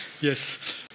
Yes